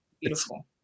beautiful